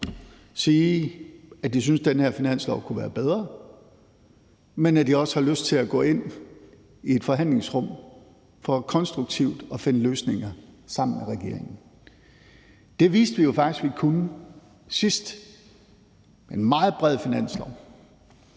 sige, at de synes, at den her finanslov kunne være bedre, men at de også har lyst til at gå ind i et forhandlingsrum for konstruktivt at finde løsninger sammen med regeringen. Det viste vi jo faktisk vi kunne sidst med en meget bred finanslov.